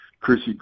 Chrissy